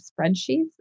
spreadsheets